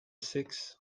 seix